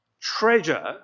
treasure